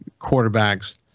quarterbacks